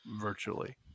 virtually